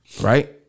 right